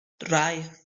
drei